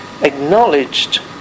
acknowledged